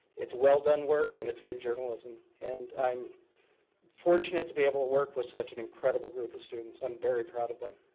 it's well done work and it's good journalism and i'm fortunate to be able to work with such an incredible group of students, i'm very proud of them.